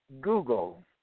Google